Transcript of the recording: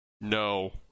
no